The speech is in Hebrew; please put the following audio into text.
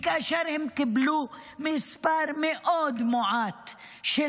וכאשר הם קיבלו מספר מאוד מועט של